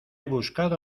buscado